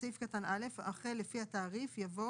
בסעיף קטן (א), אחרי "לפי התעריף" יבוא